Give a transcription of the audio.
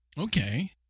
Okay